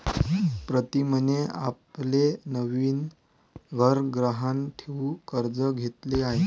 प्रीतमने आपले नवीन घर गहाण ठेवून कर्ज घेतले आहे